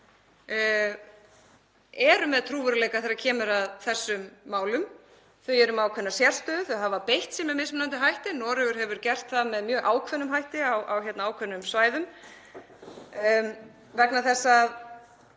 eru með trúverðugleika þegar kemur að þessum málum. Þau eru með ákveðna sérstöðu. Þau hafa beitt sér með mismunandi hætti, Noregur hefur gert það með mjög ákveðnum hætti á ákveðnum svæðum,